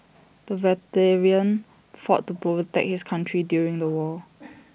the veteran fought to protect his country during the war